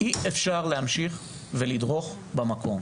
אי-אפשר להמשיך ולדרוך במקום,